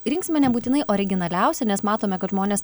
rinksime nebūtinai originaliausią nes matome kad žmonės